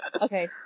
Okay